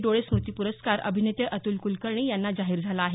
डोळे स्मुती प्रस्कार अभिनेते अतुल कुलकर्णी यांना जाहीर झाला आहे